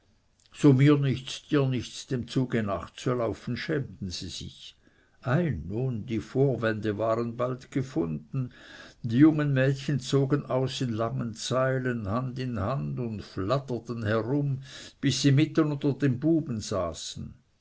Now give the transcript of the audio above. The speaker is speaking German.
so mir nichts dir nichts dem zuge nachzulaufen schämten sie sich ei nun die vorwände waren bald gefunden die jungen mädchen zogen aus in langen zeilen hand in hand und flatterten herum bis sie mitten unter den buben saßen